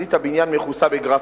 וחזית הבניין מכוסה בגרפיטי.